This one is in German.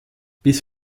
bis